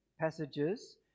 passages